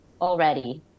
already